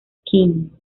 quinn